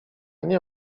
nie